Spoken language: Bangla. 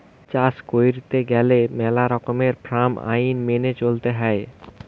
চাষ কইরতে গেলে মেলা রকমের ফার্ম আইন মেনে চলতে হৈ